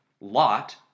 Lot